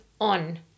on